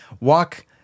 walk